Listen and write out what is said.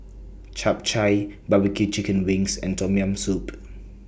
Chap Chai Barbecue Chicken Wings and Tom Yam Soup